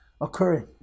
occurring